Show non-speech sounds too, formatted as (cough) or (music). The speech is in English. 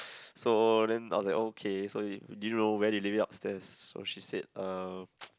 so then I was like okay so do you know where you leave it upstairs so she said uh (noise)